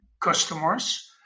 customers